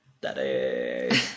daddy